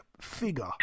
figure